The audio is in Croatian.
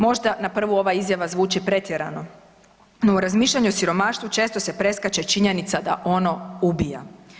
Možda na prvu ova izjava zvuči pretjerano, no u razmišljanju o siromaštvu često se preskače činjenica da ono ubija.